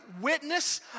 witness